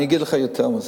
אני אגיד לך יותר מזה: